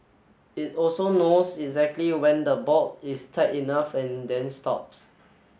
it also knows exactly when the bolt is tight enough and then stops